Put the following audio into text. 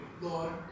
Lord